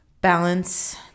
Balance